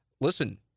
listen